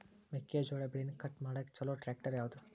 ಮೆಕ್ಕೆ ಜೋಳ ಬೆಳಿನ ಕಟ್ ಮಾಡಾಕ್ ಛಲೋ ಟ್ರ್ಯಾಕ್ಟರ್ ಯಾವ್ದು?